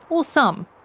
or some.